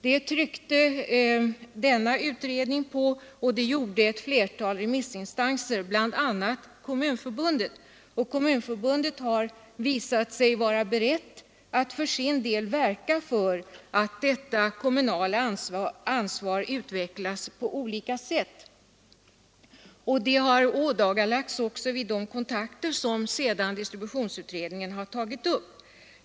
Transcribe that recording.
Det tryckte butiksetableringsutredningen på, och det gjorde även ett flertal av remissinstanserna, bl.a. Kommunförbundet, som har visat sig vara berett att för sin del verka för att detta kommunala ansvar utvecklas på olika sätt. Det har ådagalagts även vid de kontakter som distributionsutredningen sedan tagit.